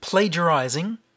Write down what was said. Plagiarizing